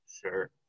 Sure